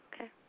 Okay